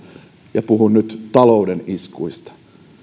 ja puhun nyt talouden iskuista